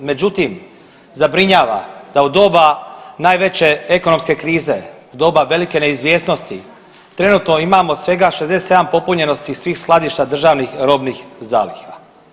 Međutim, zabrinjava da u doba najveće ekonomske krize, doba velike neizvjesnosti, trenutno imamo svega 67 popunjenosti svih skladišta državnih robnih zaliha.